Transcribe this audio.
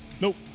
nope